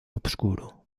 obscuro